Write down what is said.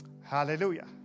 Hallelujah